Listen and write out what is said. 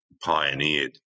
pioneered